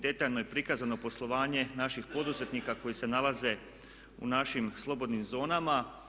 Detaljno je prikazano poslovanje naših poduzetnika koji se nalaze u našim slobodnim zonama.